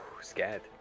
Scared